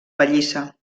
pallissa